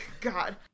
God